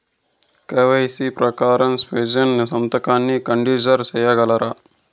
KYC ప్రకారం specimen సంతకాన్ని consider సేయగలరా?